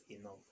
enough